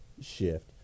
shift